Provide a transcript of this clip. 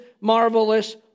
marvelous